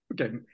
Okay